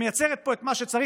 שמייצרת פה את מה שצריך,